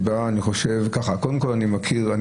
קודם כל אני מכיר,